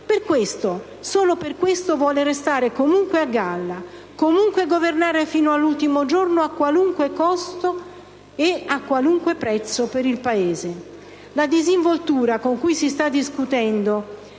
Per questo, solo per questo, vuole restare comunque a galla, vuole comunque governare fino all'ultimo giorno, a qualunque costo e a qualunque prezzo per il Paese. La disinvoltura con cui, in questi